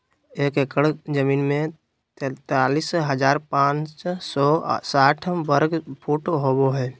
एक एकड़ जमीन में तैंतालीस हजार पांच सौ साठ वर्ग फुट होबो हइ